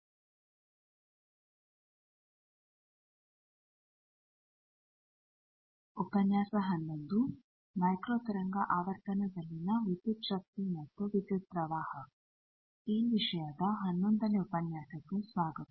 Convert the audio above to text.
ಈ ವಿಷಯದ 11ನೇ ಉಪನ್ಯಾಸಕ್ಕೆ ಸ್ವಾಗತ